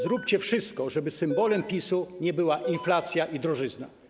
Zróbcie wszystko, żeby symbolem PiS-u nie były inflacja i drożyzna.